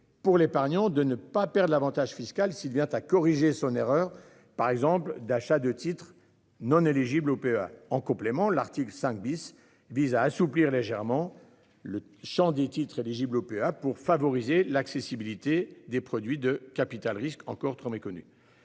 Pour l'épargnant de ne pas perdent l'Avantage fiscal s'il vient à corriger son erreur par exemple d'achat de titres non éligibles au PEA. En complément, l'article 5 bis vise à assouplir légèrement le Champ des titres éligibles OPA pour favoriser l'accessibilité des produits de capital-risque encore trop méconnu.